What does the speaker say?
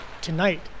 tonight